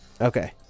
Okay